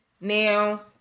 now